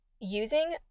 Using